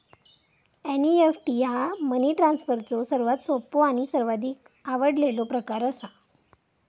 NEFT ह्या money ट्रान्सफरचो सर्वात सोपो आणि सर्वाधिक आवडलेलो प्रकार असा